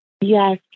Yes